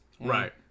Right